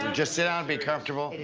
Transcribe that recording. just sit down, be comfortable.